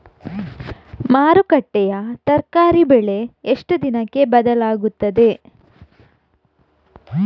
ಮಾರುಕಟ್ಟೆಯ ತರಕಾರಿ ಬೆಲೆ ಎಷ್ಟು ದಿನಕ್ಕೆ ಬದಲಾಗುತ್ತದೆ?